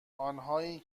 آنهایی